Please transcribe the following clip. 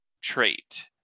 Trait